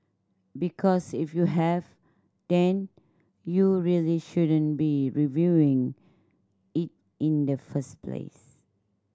because if you have then you really shouldn't be reviewing it in the first place